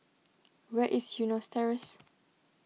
where is Eunos Terrace